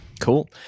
Cool